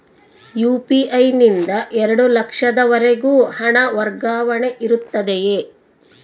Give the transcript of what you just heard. UPI ನಿಂದ ಎರಡು ಲಕ್ಷದವರೆಗೂ ಹಣ ವರ್ಗಾವಣೆ ಇರುತ್ತದೆಯೇ?